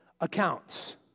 accounts